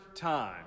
time